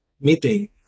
meeting